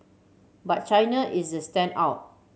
but China is the standout